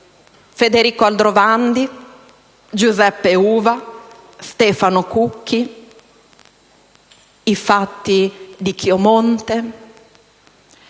Federico Aldrovandi, Giuseppe Uva, Stefano Cucchi, i fatti di Chiomonte.